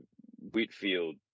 Whitfield